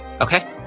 Okay